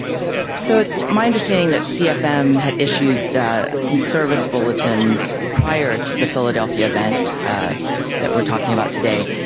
so it's my understanding that cfm had issued some service bulletins prior to the philadelphia event that we're talking about today.